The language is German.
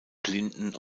blinden